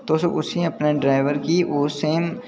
तुस उसी अपने ड्रैबर गी ओह् सेम